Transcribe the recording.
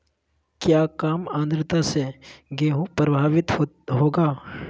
क्या काम आद्रता से गेहु प्रभाभीत होगा?